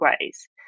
ways